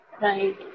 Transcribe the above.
Right